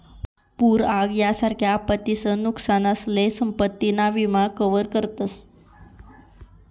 पूर आग यासारख्या आपत्तीसन नुकसानसले संपत्ती ना विमा मा कवर करतस